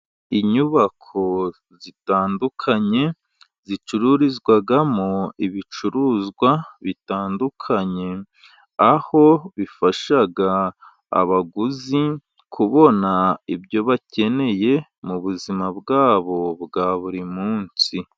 Inyubako zitandukanye zicururizwamo ibicuruzwa bitandukanye, aho bifasha abaguzi kubona ibyo bakeneye, mu buzima bwabo bwa buri munsi.